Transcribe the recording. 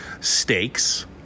steaks